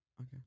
Okay